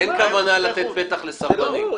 אין כוונה לתת פתח לסרבנים.